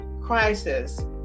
crisis